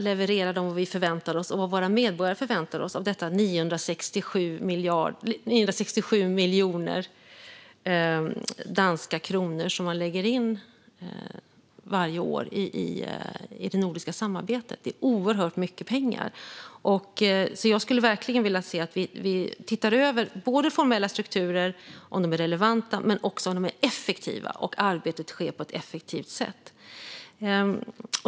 Levererar de vad vi förväntar oss och vad våra medborgare förväntar sig av de 967 miljoner danska kronor som man lägger in varje år i det nordiska samarbetet? Det är oerhört mycket pengar. Jag skulle verkligen vilja se att vi tittade över de formella strukturerna, både om de är relevanta och om de är effektiva, och om arbetet sker på ett effektivt sätt.